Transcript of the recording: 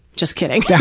just kidding. yeah